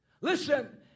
Listen